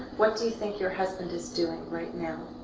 what do you think your husband is doing right now?